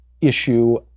issue